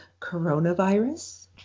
coronavirus